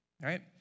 right